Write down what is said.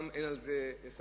גם אין על זה ספק,